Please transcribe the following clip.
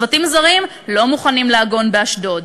צוותים זרים לא מוכנים לעגון באשדוד,